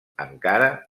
ankara